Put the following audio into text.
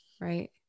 right